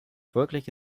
folglich